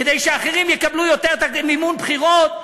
כדי שאחרים יקבלו יותר מימון בחירות,